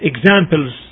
Examples